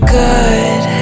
good